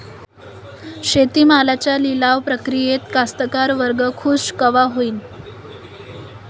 शेती मालाच्या लिलाव प्रक्रियेत कास्तकार वर्ग खूष कवा होईन?